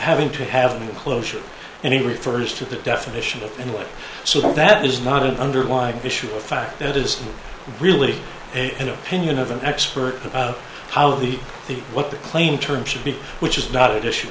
having to have an enclosure and it refers to the definition of anyway so that is not an underlying issue of fact it is really a in opinion of an expert how the the what the claim term should be which is not at issue